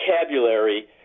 vocabulary